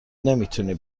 نمیتونی